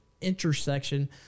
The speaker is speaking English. intersection